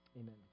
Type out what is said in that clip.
Amen